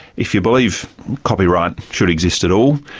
if you believe copyright should exist at all,